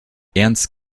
ernst